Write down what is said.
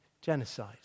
genocide